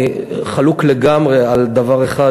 אני חלוק לגמרי על דבר אחד,